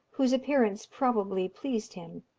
whose appearance probably pleased him,